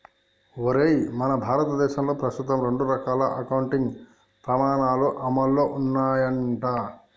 ఒరేయ్ మన భారతదేశంలో ప్రస్తుతం రెండు రకాల అకౌంటింగ్ పమాణాలు అమల్లో ఉన్నాయంట